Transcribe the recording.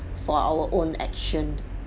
for our own action